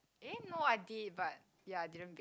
eh no I did but ya I didn't bake